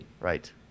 Right